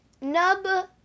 nub